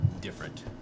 different